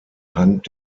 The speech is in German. hand